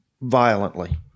violently